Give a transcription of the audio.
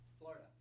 Florida